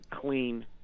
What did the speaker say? clean